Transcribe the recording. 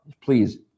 please